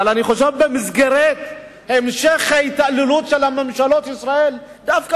אבל במסגרת המשך ההתעללות של ממשלות ישראל דווקא